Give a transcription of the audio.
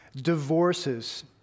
divorces